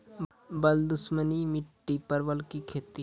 बल दुश्मनी मिट्टी परवल की खेती?